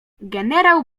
generał